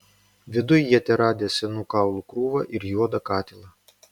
viduj jie teradę senų kaulų krūvą ir juodą katilą